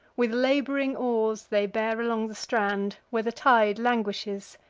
with lab'ring oars they bear along the strand, where the tide languishes,